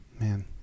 man